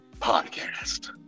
Podcast